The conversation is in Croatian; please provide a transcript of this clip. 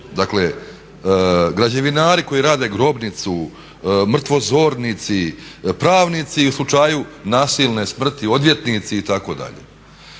dakle građevinari koji rade grobnicu, mrtvozornici, pravnici u slučaju nasilne smrti, odvjetnici itd.